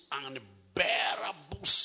unbearable